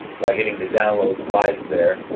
by hitting the download slides there.